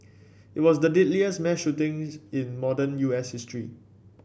it was the deadliest mass shootings in modern U S history